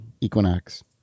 equinox